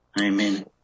Amen